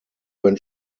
when